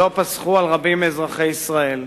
שלא פסחו על רבים מאזרחי ישראל,